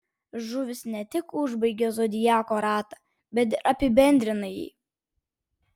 žuvys ne tik užbaigia zodiako ratą bet ir apibendrina jį